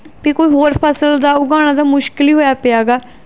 ਵੀ ਕੋਈ ਹੋਰ ਫਸਲ ਦਾ ਉਗਾਉਣਾ ਤਾਂ ਮੁਸ਼ਕਿਲ ਹੀ ਹੋਇਆ ਪਿਆ ਹੈਗਾ